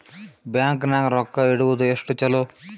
Bank ನಾಗ ರೊಕ್ಕ ಇಡುವುದು ಎಷ್ಟು ಚಲೋ?